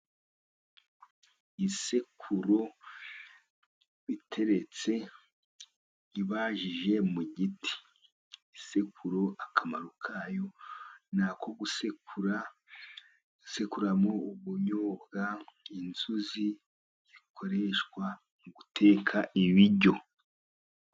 Isekuru iteretse ibajije mu giti. Isekuru akamaro kayo ni ako gusekuramo ubunyobwa, inzuzi zikoreshwa mu guteka ibiryo.